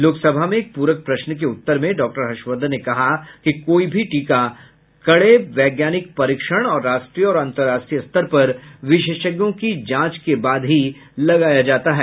लोकसभा में एक प्रक प्रश्न के उत्तर में डॉक्टर हर्षवर्धन ने कहा कि कोई भी टीका कड़े वैज्ञानिक परीक्षण और राष्ट्रीय और अंतर्राष्ट्रीय स्तर पर विशेषज्ञों की जांच के बाद ही लगाया जाता है